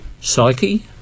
psyche